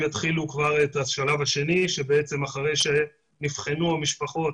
יתחילו את השלב השני כאשר אחרי שנבחנו המשפחות